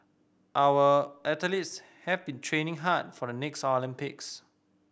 our athletes have been training hard for the next Olympics